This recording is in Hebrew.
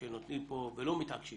שלא מתעקשות